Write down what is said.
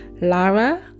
Lara